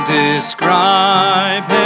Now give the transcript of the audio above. describe